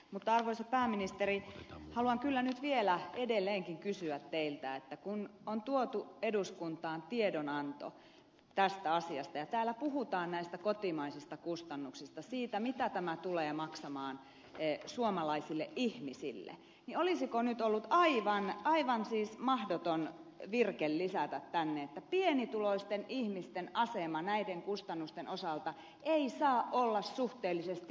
mutta arvoisa pääministeri haluan kyllä nyt vielä edelleenkin kysyä teiltä kun on tuotu eduskuntaan tiedonanto tästä asiasta ja täällä puhutaan näistä kotimaisista kustannuksista siitä mitä tämä tulee maksamaan suomalaisille ihmisille olisiko nyt ollut aivan mahdoton virke lisätä tänne että pienituloisten ihmisten asema näiden kustannusten osalta ei saa olla suhteellisesti kovempi